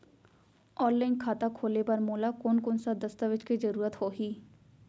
Online खाता खोले बर मोला कोन कोन स दस्तावेज के जरूरत होही?